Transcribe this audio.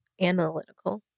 Analytical